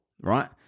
right